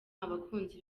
abakunzi